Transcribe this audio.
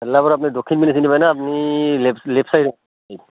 ভেল্লাৰ পৰা আপুনি দক্ষিণপিনে চিনি পাই নে আপুনি লেফট লেফট চাইডে